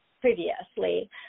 previously